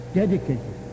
dedicated